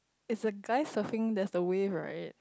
is a guy surfing that's the way right